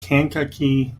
kankakee